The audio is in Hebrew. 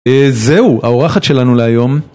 אה... זהו, האורחת שלנו להיום,